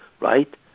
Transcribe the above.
right